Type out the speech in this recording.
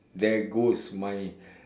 there goes my